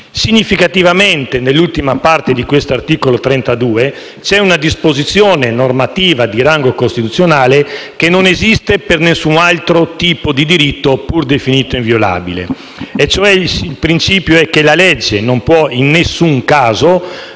Significativamente, nell'ultima parte dell'articolo 32 c'è una disposizione normativa di rango costituzionale che non esiste per alcun altro tipo di diritto, pur definito inviolabile, e cioè il principio è che la legge non può in alcun caso